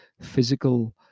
physical